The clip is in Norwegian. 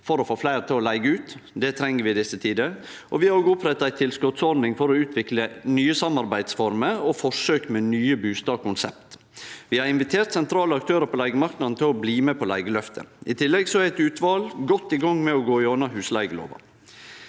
for å få fleire til å leige ut. Det treng vi i desse tider. Vi har òg oppretta ei tilskotsordning for å utvikle nye samarbeidsformer og forsøk med nye bustadkonsept, og vi har invitert sentrale aktørar på leigemarknaden til å bli med på «leigeløftet». I tillegg er eit utval godt i gang med å gå gjennom husleigelova.